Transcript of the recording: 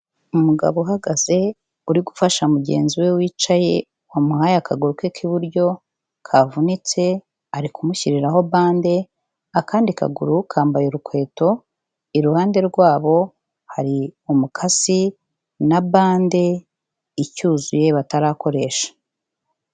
Umugabo uhagaze, uri gufasha mugenzi we wicaye, wamuhaye akaguru ke k'iburyo kavunitse, ari kumushyiriraho bande. Akandi kaguru kambaye urukweto. Kuruhande hari umukasi na bande icyuzuye batarakoresha.